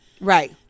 Right